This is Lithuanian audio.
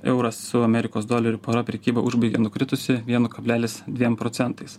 euras su amerikos doleriu pora prekybą užbaigė nukritusi vienu kablelis dviem procentais